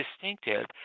distinctive